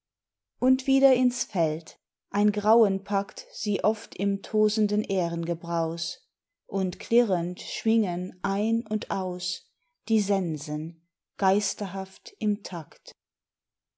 und wieder ins feld ein grauen packt sie oft im tosenden ährengebraus und klirrend schwingen ein und aus die sensen geisterhaft im takt